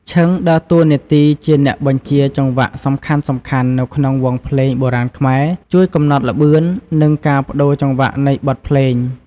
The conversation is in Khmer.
ឈិង ដើរតួនាទីជា អ្នកបញ្ជាចង្វាក់សំខាន់ នៅក្នុងវង់ភ្លេងបុរាណខ្មែរ ជួយកំណត់ល្បឿន និងការប្ដូរចង្វាក់នៃបទភ្លេង។